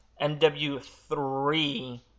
mw3